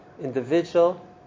individual